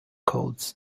colds